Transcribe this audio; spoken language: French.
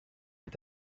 est